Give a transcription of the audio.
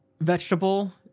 vegetable